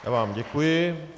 Já vám děkuji.